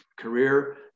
career